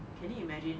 can you imagine